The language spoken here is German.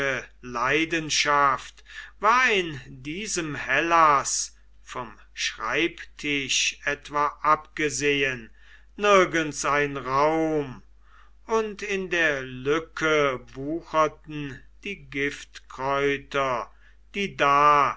leidenschaft war in diesem hellas vom schreibtisch etwa abgesehen nirgends ein raum und in der lücke wucherten die giftkräuter die da